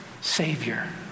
Savior